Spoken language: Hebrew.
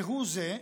כהוא זה.